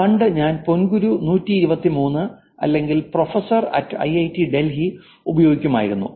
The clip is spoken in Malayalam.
പണ്ട് ഞാൻ പൊൻങ്കുരു123 അല്ലെങ്കിൽ പ്രൊഫസർ ഐഐടി ഡൽഹി ഉപയോഗിക്കുമായിരുന്നു